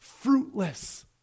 fruitless